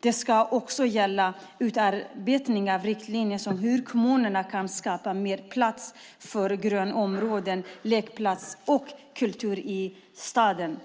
Det ska också gälla utarbetning av riktlinjer för hur kommunerna kan skapa mer plats för grönområden, lekplatser och kultur i städerna.